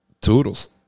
Toodles